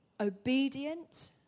obedient